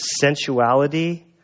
sensuality